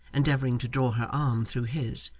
endeavouring to draw her arm through his,